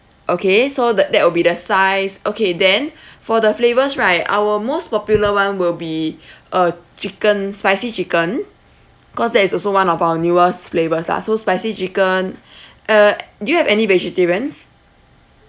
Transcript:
okay so tha~ that will be the size okay then for the flavours right our most popular one will be uh chicken spicy chicken cause that is also one of our newest flavours lah so spicy chicken uh do you have any vegetarians